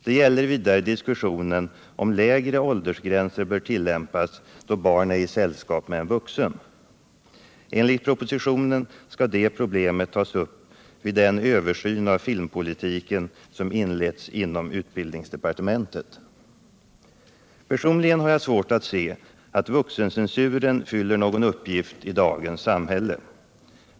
Det gäller vidare diskussionen om lägre åldersgränser bör tillämpas, då barn är i sällskap med en vuxen. Enligt propositionen skall det problemet tas upp vid den översyn av filmpolitiken som inletts inom utbildningsdepartementet. Personligen har jag svårt att se att vuxencensuren fyller någon uppgift i dagens samhälle.